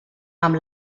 amb